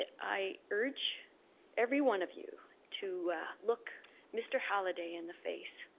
i urge every one of you to look mr. halladay in the face,